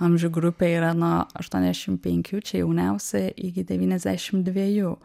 amžių grupė yra nuo aštuoniasdešim penkių čia jauniausia iki devyniasdešim dviejų